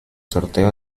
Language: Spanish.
sorteo